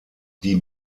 die